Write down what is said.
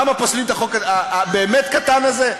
למה פוסלים את החוק הבאמת-קטן הזה?